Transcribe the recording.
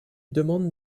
demande